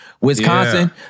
Wisconsin